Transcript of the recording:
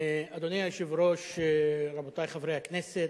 אדוני היושב-ראש, רבותי חברי הכנסת,